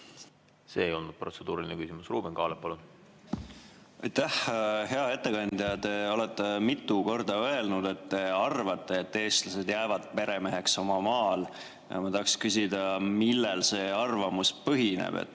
See ei olnud protseduuriline küsimus. Ruuben Kaalep, palun! Aitäh! Hea ettekandja! Te olete mitu korda öelnud, et te arvate, et eestlased jäävad peremeheks omal maal. Ma tahaks küsida, millel see arvamus põhineb.